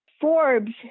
Forbes